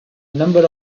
number